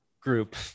group